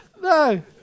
No